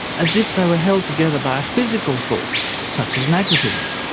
as if they were held together by a physical force such as magnetism,